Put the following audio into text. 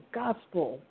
gospel